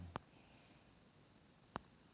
पियाज़ के भंडारण के लिए कौन व्यवस्था सबसे उत्तम है?